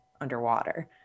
underwater